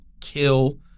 kill